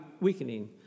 weakening